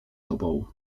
tobą